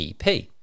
EP